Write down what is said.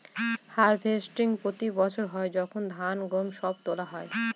harvesting প্রতি বছর হয় যখন ধান, গম সব তোলা হয়